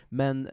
men